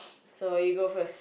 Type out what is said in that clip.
so you go first